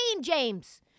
James